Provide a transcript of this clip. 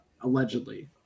Allegedly